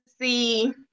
see